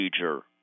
procedure